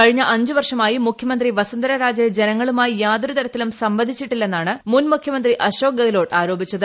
കഴിഞ്ഞ അഞ്ച് വർഷമായി മുഖ്യമന്ത്രി വസുന്ധരക്ക്കാള്ജ ജനങ്ങളുമായി യാതൊരു തരത്തിലും സംവദിച്ചില്ലെന്നാണ് മുൻ മുഖ്യമന്ത്രി അശോക് ഗഹ്ലോട്ട് ആരോപിച്ചത്